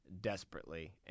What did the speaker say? Desperately